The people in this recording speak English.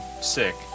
sick